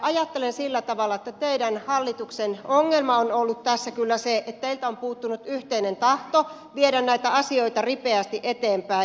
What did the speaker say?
ajattelen sillä tavalla että teidän hallituksen ongelma on ollut tässä kyllä se että teiltä on puuttunut yhteinen tahto viedä näitä asioita ripeästi eteenpäin